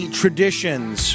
traditions